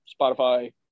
Spotify